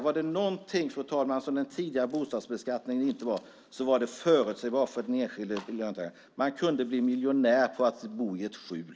Var det någonting som den tidigare bostadsbeskattningen inte var så var det förutsägbar för den enskilde. Man kunde bli miljonär på att bo i ett skjul!